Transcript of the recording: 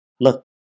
Look